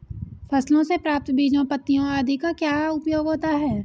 फसलों से प्राप्त बीजों पत्तियों आदि का क्या उपयोग होता है?